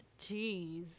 Jeez